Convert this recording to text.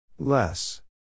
Less